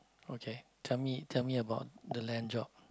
okay tell me tell me about the land job